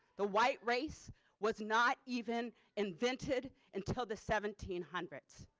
the white race was not even invented until the seventeen hundreds.